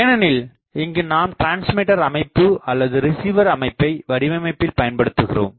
ஏனெனில் இங்கு நாம் டிரான்ஸ்மீட்டர் அமைப்பு அல்லது ரிசிவர் அமைப்பை வடிவமைப்பில் பயன்படுத்துகிறோம்